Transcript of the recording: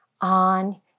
on